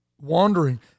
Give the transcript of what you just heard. wandering